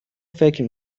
فکر